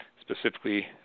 specifically